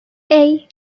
hey